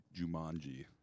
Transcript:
Jumanji